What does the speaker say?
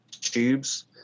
tubes